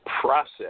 process